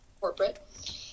corporate